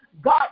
God